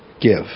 give